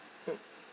mm